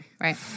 right